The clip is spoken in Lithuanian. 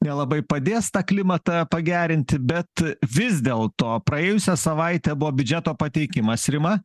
nelabai padės tą klimatą pagerinti bet vis dėlto praėjusią savaitę buvo biudžeto pateikimas rima